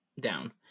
down